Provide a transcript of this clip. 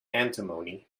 antimony